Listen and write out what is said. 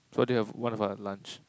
of one of a lunch